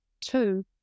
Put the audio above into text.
two